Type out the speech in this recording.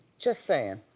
just saying,